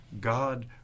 God